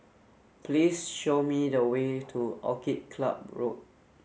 please show me the way to Orchid Club Road